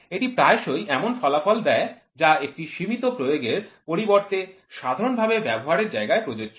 এটি প্রায়শই এমন ফলাফল দেয় যা একটি সীমিত প্রয়োগের পরিবর্তে সাধারণ ভাবে ব্যবহারের জায়গায় প্রযোজ্য